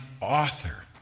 author